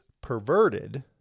perverted